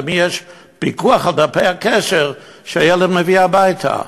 ולמי יש פיקוח על דפי הקשר שהילד מביא הביתה?